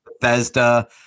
Bethesda